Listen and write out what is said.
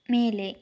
ಮೇಲೆ